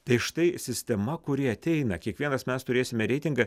tai štai sistema kuri ateina kiekvienas mes turėsime reitingą